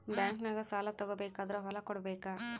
ಬ್ಯಾಂಕ್ನಾಗ ಸಾಲ ತಗೋ ಬೇಕಾದ್ರ್ ಹೊಲ ಕೊಡಬೇಕಾ?